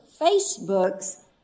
Facebook's